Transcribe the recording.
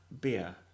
beer